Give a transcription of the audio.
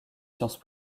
sciences